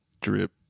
Drip